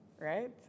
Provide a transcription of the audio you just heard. right